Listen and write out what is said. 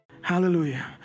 Hallelujah